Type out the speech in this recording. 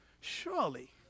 Surely